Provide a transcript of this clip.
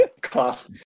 Class